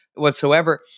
whatsoever